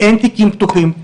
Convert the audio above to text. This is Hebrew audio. אין תיקים פתוחים,